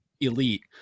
elite